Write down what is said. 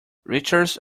riches